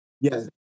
Yes